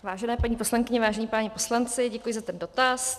Vážené paní poslankyně, vážení páni poslanci, děkuji za ten dotaz.